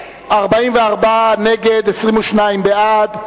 44 נגד, 22 בעד.